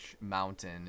mountain